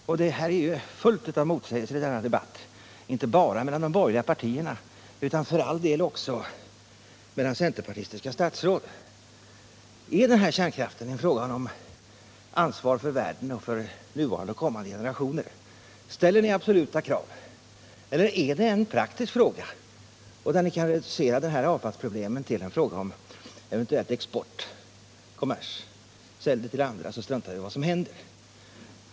Denna debatt har varit fylld av motsägelser, inte bara mellan de borgerliga partierna utan för all del också mellan centerpartistiska statsråd. Är kärnkraften en fråga om ansvar för världen och för nu levande och kommande generationer? Ställer ni absoluta krav? Eller är det en praktisk fråga, där ni kan reducera avfallsproblemen till en fråga om eventuell export, kommers — sälj avfallet till andra länder, så struntar vi i vad som händer?